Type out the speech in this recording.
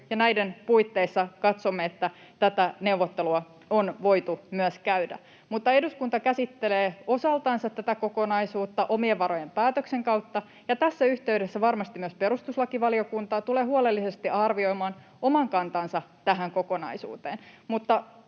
näiden puitteissa katsomme, että tätä neuvottelua on voitu myös käydä. Mutta eduskunta käsittelee osaltansa tätä kokonaisuutta omien varojen päätöksen kautta, ja tässä yhteydessä varmasti myös perustuslakivaliokunta tulee huolellisesti arvioimaan oman kantansa tähän kokonaisuuteen.